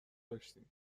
داشتیم